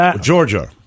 Georgia